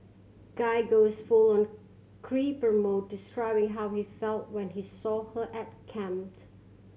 guy goes full on creeper mode describing how he felt when he saw her at camp